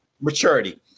Maturity